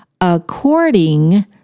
according